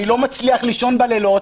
אני לא מצליח לישון בלילות.